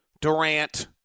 Durant